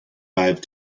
five